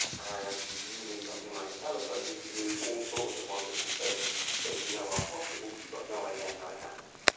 and using something like a telephone you can do all sorts of wonderful things that you know are possible but you've got no idea how it happens.